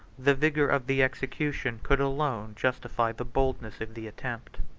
the vigor of the execution could alone justify the boldness of the attempt.